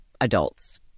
adults